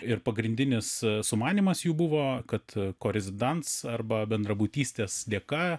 ir pagrindinis sumanymas jų buvo kad korizdans arba bendrabutystės dėka